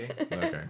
Okay